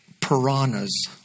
piranhas